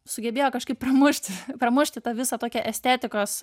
sugebėjo kažkaip pramušti pramušti tą visą tokią estetikos